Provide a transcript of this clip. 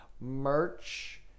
merch